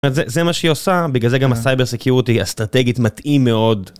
זה מה שהיא עושה בגלל זה גם הסייבר סקיורטי אסטרטגית מתאים מאוד.